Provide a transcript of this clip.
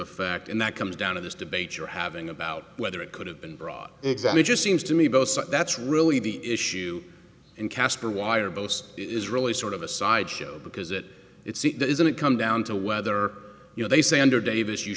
effect in that comes down to this debate you're having about whether it could have been brought exactly just seems to me that's really the issue in casper wired most is really sort of a sideshow because it isn't it comes down to whether you know they say under davis you